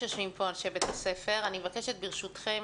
תודה, אוסנת,